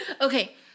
Okay